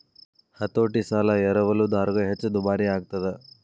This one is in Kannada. ಹತೋಟಿ ಸಾಲ ಎರವಲುದಾರಗ ಹೆಚ್ಚ ದುಬಾರಿಯಾಗ್ತದ